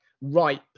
ripe